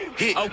hit